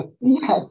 Yes